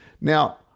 Now